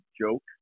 joke